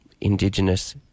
indigenous